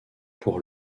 pour